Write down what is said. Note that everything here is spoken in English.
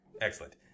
Excellent